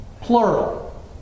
plural